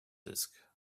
disk